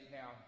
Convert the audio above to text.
Now